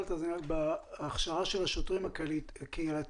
בנושא ההכשרה של השוטרים הקהילתיים,